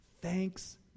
Thanks